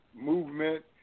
movement